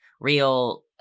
real